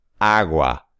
Agua